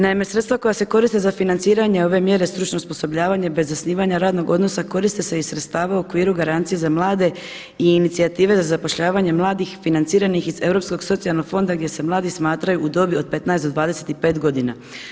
Naime sredstva koja se koriste za financiranje ove mjere stručno osposobljavanje bez zasnivanja radnog odnosa koriste se iz sredstava u okviru garancije za mlade i Inicijative za zapošljavanje mladih financiranih iz Europskog socijalnog fonda gdje se mladi smatraju u dobi od 15 do 25 godina.